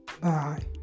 Bye